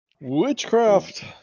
Witchcraft